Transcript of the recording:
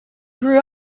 grew